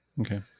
Okay